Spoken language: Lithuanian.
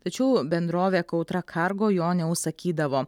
tačiau bendrovė kautra cargo jo neužsakydavo